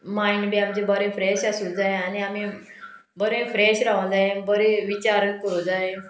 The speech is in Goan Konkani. मायंड बी आमचे बरें फ्रेश आसूं जाय आनी आमी बरें फ्रेश राव जाय बरें विचार करूं जाय